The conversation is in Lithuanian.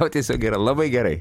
na tiesiog yra labai gerai